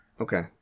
Okay